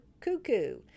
cuckoo